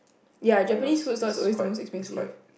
ya Japanese food stall is always the most expensive